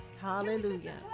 hallelujah